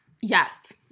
Yes